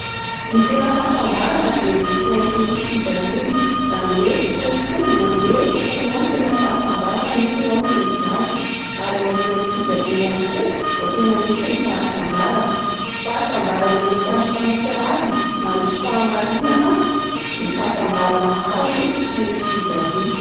Ny tena fahasambarana de tsy maintsy misy fijaliana izany hoe tsy mitombina ny hoe tratranao ny tena fahasambarana nefa enao tsy nijaly. Ary aorinan'ny fijaliana ihany koa vao tena misy ny fahasambarana. Fahasambarana mety azo tamin'ny tsy rariny na ny tsy fahamarinana ny fahasambarana azo tsy misy fijaliana.